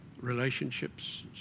relationships